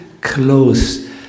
close